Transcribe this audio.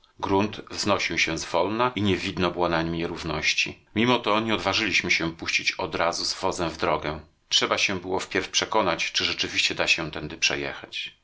grunt wznosił się zwolna i nie widno było na nim nierówności mimo to nie odważyliśmy się puścić odrazu z wozem w drogę trzeba się było wpierw przekonać czy rzeczywiście da się tędy przejechać